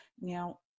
Now